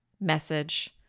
message